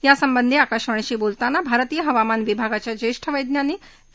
यासंबंधी आकाशवाणीशी बोलताना भारतीय हवामान विभागाच्या ज्येष्ठ वैज्ञानिक के